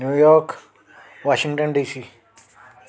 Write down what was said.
New York Washington DC